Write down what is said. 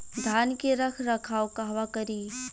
धान के रख रखाव कहवा करी?